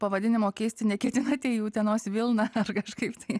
pavadinimo keisti neketinate į utenos vilna ar kažkaip tai